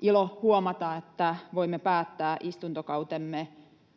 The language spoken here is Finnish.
ilo huomata, että voimme päättää istuntokautemme